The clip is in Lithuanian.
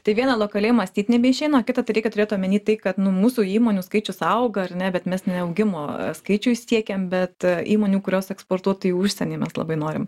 tai viena lokaliai mąstyt nebeišeina o kita tai reikia turėt omeny tai kad nu mūsų įmonių skaičius auga ar ne bet mes ne augimo skaičių siekiam bet įmonių kurios eksportuotų į užsienį mes labai norim